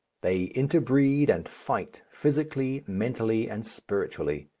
they inter-breed and fight, physically, mentally, and spiritually.